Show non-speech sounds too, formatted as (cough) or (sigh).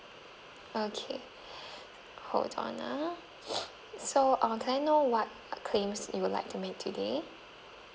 okay hold on ah (noise) so uh can I know what claims you would like to make today